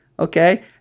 Okay